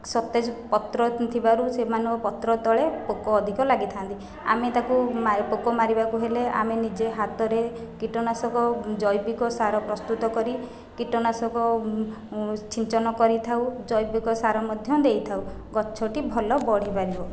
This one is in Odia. ସତେଜ ପତ୍ର ଥିବାରୁ ସେମାନଙ୍କ ପତ୍ର ତଳେ ପୋକ ଅଧିକ ଲାଗିଥାନ୍ତି ଆମେ ତା'କୁ ମାରି ପୋକ ମାରିବା କୁ ହେଲେ ଆମେ ନିଜେ ହାତ ରେ କୀଟନାଶକ ଜୈବିକ ସାର ପ୍ରସ୍ତୁତ କରି କୀଟନାଶକ ଛିଞ୍ଚନ କରିଥାଉ ଜୈବିକ ସାର ମଧ୍ୟ ଦେଇଥାଉ ଗଛଟି ଭଲ ବଢ଼ି ପାରିବ